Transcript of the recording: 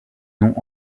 n’ont